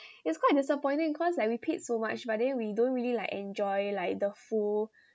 it's quite disappointing cause like we paid so much but then we don't really like enjoy like the full